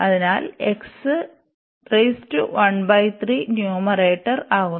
അതിനാൽ ന്യൂമറേറ്റർ ആക്കുന്നു